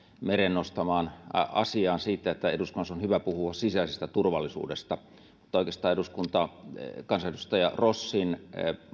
meren nostamaan asiaan siitä että eduskunnassa on hyvä puhua sisäisestä turvallisuudesta mutta oikeastaan kansanedustaja rossin